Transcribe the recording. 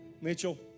Mitchell